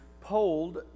polled